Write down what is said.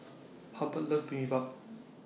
Halbert loves Bibimbap